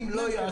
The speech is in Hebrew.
כל הזרמים.